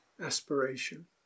aspiration